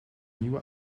nieuwe